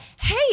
Hey